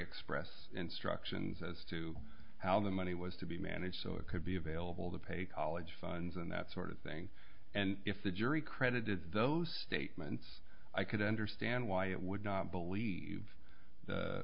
express instructions as to how the money was to be managed so it could be available to pay college funds and that sort of thing and if the jury credited those statements i could understand why it would not